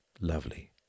lovely